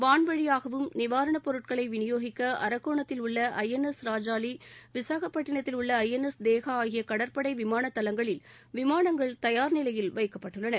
வான்வழியாகவும் நிவாரணப் பொருட்களை விநியோகிக்க அரக்கோணத்தில் உள்ள ஐஎன்எஸ் ராஜாளி விசாகப்பட்டினத்தில் உள்ள ஐஎன்எஸ் தேகா ஆகிய கடற்படை விமான தளங்களில் விமானங்கள் தயார் நிலையில் வைக்கப்பட்டுள்ளன